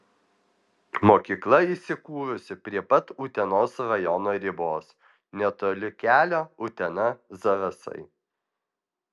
mokykla įsikūrusi prie pat utenos rajono ribos netoli kelio utena zarasai